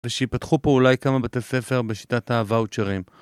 ושיפתחו פה אולי כמה בתי ספר בשיטת הוואוצ'רים.